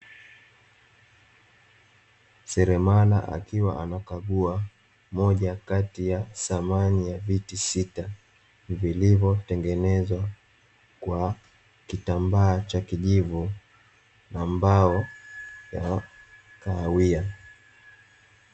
Seremala akiwa anakagua moja kati ya samani ya viti sita vilivyotengenezwa kwa kitambaa cha kijivu na mbao ya kahawia.